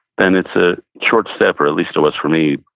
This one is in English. then it's a short step, or at least it was for me,